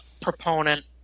proponent